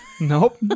Nope